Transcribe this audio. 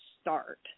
start